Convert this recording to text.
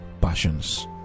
passions